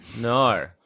No